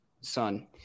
son